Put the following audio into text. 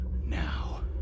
Now